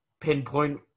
pinpoint